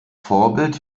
vorbild